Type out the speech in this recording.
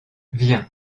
viens